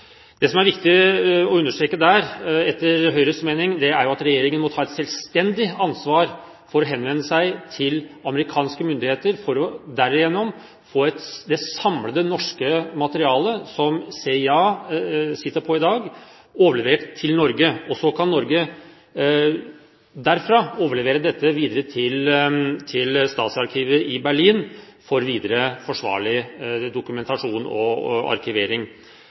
Det som er viktig å understreke, etter Høyres mening, er at regjeringen må ta et selvstendig ansvar for å henvende seg til amerikanske myndigheter for derigjennom å få det samlede norske materialet som CIA sitter på i dag, overlevert til Norge. Så kan Norge derfra overlevere dette videre til Stasi-arkivet i Berlin for videre forsvarlig dokumentasjon og arkivering.